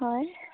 হয়